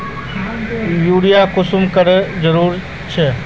Urea कुंसम करे जरूरी छै?